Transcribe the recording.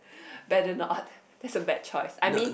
better not that's a bad choice I mean